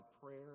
prayer